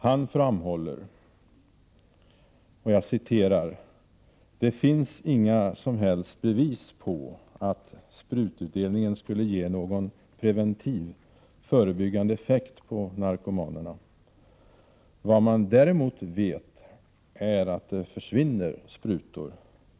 Han framhåller: ”Det finns inga som helst bevis på att sprututdelningen skulle ge någon preventiv, förebyggande effekt på narkomanerna. Vad man däremot vet är att det försvinner sprutor.